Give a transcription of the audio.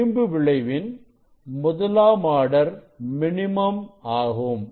விளிம்பு விளைவின் முதலாம் ஆர்டர் மினிமம் ஆகும்